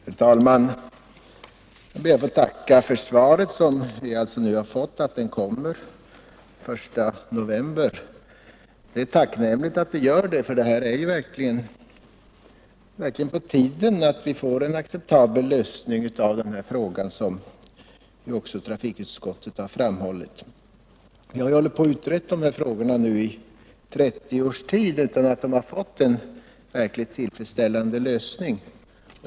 Herr talman! Jag ber att få tacka för svaret på min enkla fråga. I svaret meddelas att proposition i ärendet kommer att framläggas den I november. Det är tacknämligt att så sker, ty det är verkligen på tiden att vi får en acceptabel lösning av denna fråga, som ju också trafikutskottet har framhållit. Vi har nu i 30 år utrett dessa problem utan att de fått en verkligt tillfredsställande lösning.